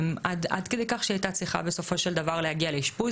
עד כדי כך שהיא הייתה צריכה בסופו של דבר להגיע לאשפוז.